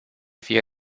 fie